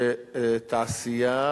שתעשייה